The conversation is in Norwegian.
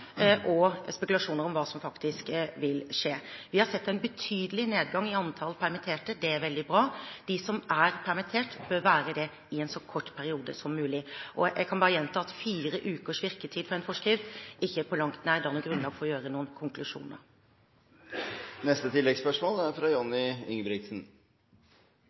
og spekulasjoner om hva som faktisk vil skje. Vi har sett en betydelig nedgang i antall permitterte. Det er veldig bra. De som er permittert, bør være det i en så kort periode som mulig. Og jeg kan bare gjenta at fire ukers virketid for en forskrift, ikke på langt nær danner grunnlag for å trekke noen konklusjoner.